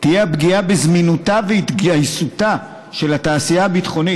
תהיה הפגיעה בזמינותה ובהתגייסותה של התעשייה הביטחונית,